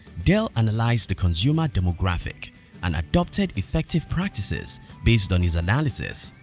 dell analyzed the consumer demographic and adopted effective practices based on his analysis,